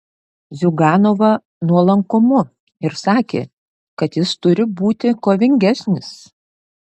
ziuganovą nuolankumu ir sakė kad jis turi būti kovingesnis